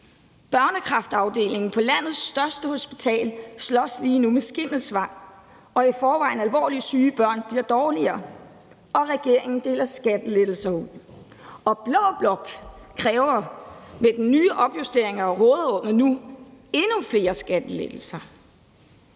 Børnekræftafdelingen på landets største hospital slås lige nu med skimmelsvamp, og i forvejen alvorligt syge børn bliver dårligere. Og regeringen deler skattelettelser ud. Og blå blok kræver med den nye opjustering af råderummet nu endnu flere skattelettelser.